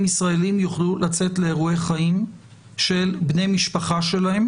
ישראלים יוכלו לצאת לאירועי חיים של בני משפחה שלהם